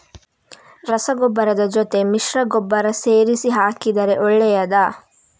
ರಸಗೊಬ್ಬರದ ಜೊತೆ ಮಿಶ್ರ ಗೊಬ್ಬರ ಸೇರಿಸಿ ಹಾಕಿದರೆ ಒಳ್ಳೆಯದಾ?